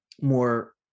more